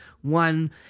one